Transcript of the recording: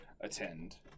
attend